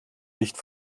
nicht